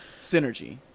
Synergy